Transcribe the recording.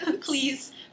Please